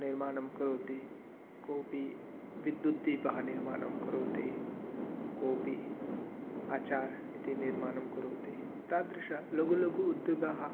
निर्माणं करोति कोऽपि विद्युद्दीपनिर्माणं करोति कोऽपि आचार् इति निर्माणं करोति तादृशाः लघुलघूद्योगाः